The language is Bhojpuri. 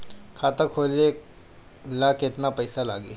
खाता खोले ला केतना पइसा लागी?